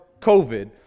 COVID